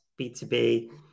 B2B